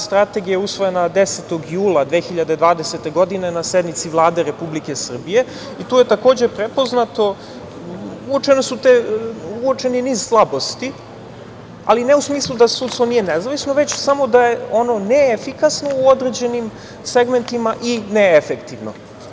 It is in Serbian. Strategija je usvojena 10. jula 2020. godine na sednici Vlade Republike Srbije i tu je takođe prepoznato, uočen je niz slabosti, ali ne u smislu da sudstvo nije nezavisno, već samo da je ono neefikasno u određenim segmentima i neefektivno.